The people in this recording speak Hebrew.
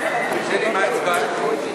בממשלה לא נתקבלה.